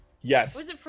Yes